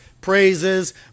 praises